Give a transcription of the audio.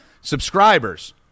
subscribers